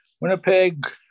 Winnipeg